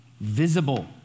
visible